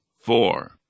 four